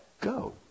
Go